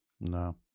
No